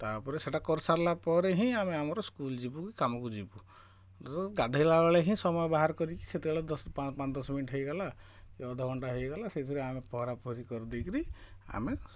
ତା'ପରେ ସେଇଟା କରିସାରିଲା ପରେ ହିଁ ଆମେ ଆମର ସ୍କୁଲ ଯିବୁ କି କାମକୁ ଯିବୁ ଗାଧୋଇଲା ବେଳେ ହିଁ ସମୟ ବାହାର କରିକି କେତେବେଳେ ଦଶ ପାଞ୍ଚ ଦଶ ମିନିଟ୍ ହେଇଗଲା କି ଅଧ ଘଣ୍ଟା ହେଇଗଲା ସେଇଥିରେ ଆମେ ପହଁରା ପହଁରି କରିଦେଇ କରି ଆମେ